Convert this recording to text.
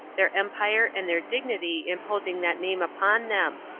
their empire and their dignity imposing that name upon them,